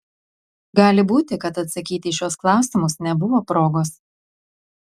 gali būti kad atsakyti į šiuos klausimus nebuvo progos